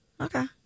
Okay